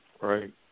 Right